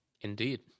Indeed